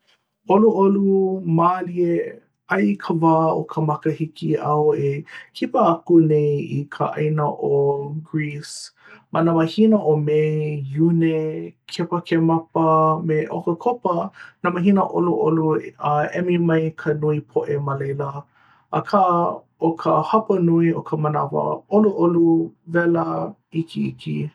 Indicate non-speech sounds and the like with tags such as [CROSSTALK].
[NOISE] ʻoluʻolu, mālie. aia i ka wā o makahiki āu e kipa aku nei i ka ʻāina ʻo greece ma nā mahina o mei, iune, kepakemapa me ʻokakopa nā mahina ʻoluʻolu a emi mai ka nui poʻe ma laila akā o ka hapa nui o ka manawa ʻoluʻolu, wela, ikiiki